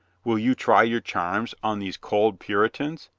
will you try your charms on these cold puritans?